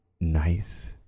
nice